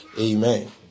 Amen